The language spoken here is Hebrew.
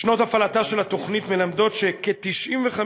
שנות הפעלתה של התוכנית מלמדות שכ-95%